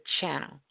channel